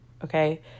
okay